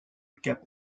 cap